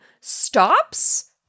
stops